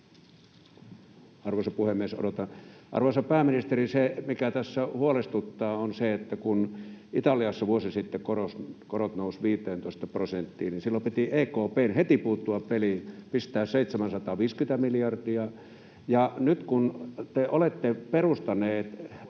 Arvoisa puhemies! Arvoisa pääministeri, se, mikä tässä huolestuttaa, on se, että kun Italiassa vuosi sitten korot nousivat 15 prosenttiin, niin silloin piti EKP:n heti puuttua peliin, pistää 750 miljardia, ja nyt kun te olette perustaneet